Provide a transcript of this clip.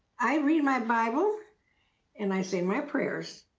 i read my bible and i say my prayers,